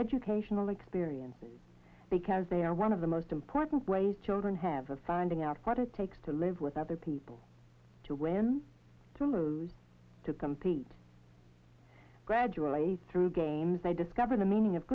educational experiences because they are one of the most important ways children have of finding out what it takes to live with other people to win to lose to compete gradually through games they discover the meaning of